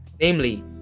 Namely